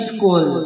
School